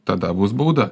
tada bus bauda